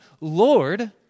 Lord